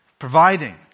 Providing